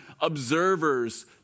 observers